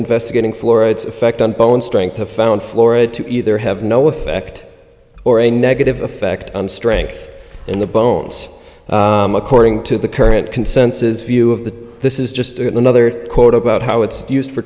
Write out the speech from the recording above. investigating flora its effect on bone strength of found flora to either have no effect or a negative effect on strength in the bones according to the current consensus view of the this is just another quote about how it's used for